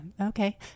Okay